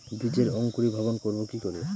বীজের অঙ্কুরিভবন করব কি করে?